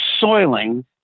soiling